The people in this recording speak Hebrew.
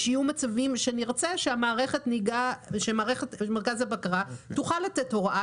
שיהיו מצבים שנרצה שמרכז הבקרה יוכל לתת הוראה,